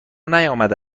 نیامده